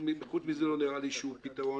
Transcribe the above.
חוץ מזה לא נראה לי שום פתרון